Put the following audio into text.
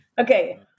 Okay